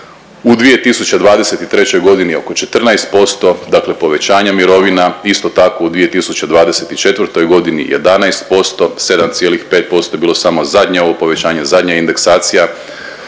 u 2023.g. oko 14% dakle povećanje mirovina, isto tako u 2024.g. 11%, 7,5% je bilo samo zadnje ovo povećanje, zadnja indeksacija,